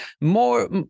more